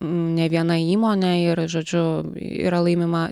ne viena įmonė ir žodžiu yra laimima